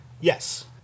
Yes